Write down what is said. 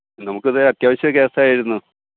നമുക്കത് അത്യാവശ്യം കേസായിരുന്നു